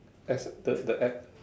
as the the app